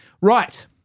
Right